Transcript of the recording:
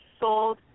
sold